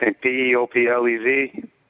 P-E-O-P-L-E-Z